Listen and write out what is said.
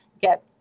get